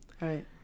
Right